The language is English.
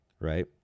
Right